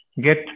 get